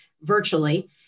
virtually